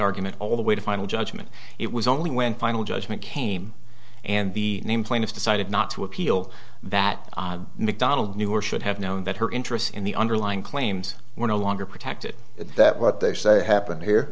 argument all the way to final judgment it was only when final judgment came and the name plaintiffs decided not to appeal that mcdonald knew or should have known that her interests in the underlying claims were no longer protected that what they say happened here